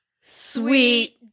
sweet